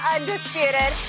Undisputed